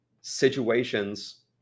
situations